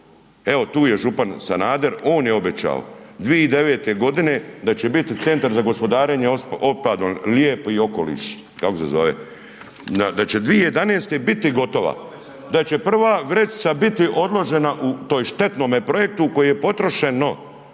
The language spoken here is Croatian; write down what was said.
Evo tu ej župan Sanader, on je obećao 2009. g. da će biti centar za gospodarenje otpadom lijepi okoliš, kako se zove, da će 2011. biti gotova, da će prva vrećica biti odložena u tom štetnom projektu u kojem je potrošeno